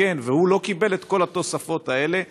והוא לא קיבל את כל התוספות האלה: